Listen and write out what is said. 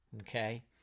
okay